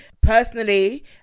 personally